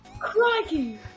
Crikey